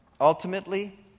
ultimately